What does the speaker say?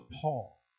Paul